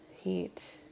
Heat